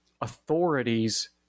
authorities